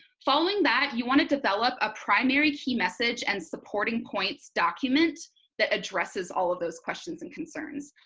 following that you want to develop a primary key message and supporting points document that addresses all of those questions and concerns.